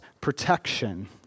protection